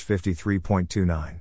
53.29